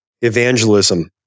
evangelism